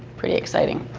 pretty exciting.